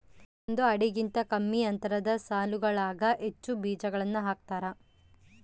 ಒಂದು ಅಡಿಗಿಂತ ಕಮ್ಮಿ ಅಂತರದ ಸಾಲುಗಳಾಗ ಹೆಚ್ಚು ಬೀಜಗಳನ್ನು ಹಾಕ್ತಾರ